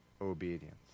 obedience